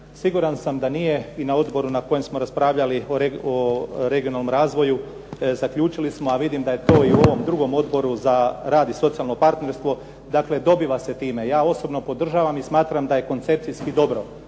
Siguran sam da nije i na odboru na kojem smo raspravljali o regionalnom razvoju, zaključili smo, a vidim da je to i u ovom drugom Odboru za rad i socijalno partnerstvo, dakle dobiva se time. Ja osobno podržavam i smatram da je koncepcijski dobro.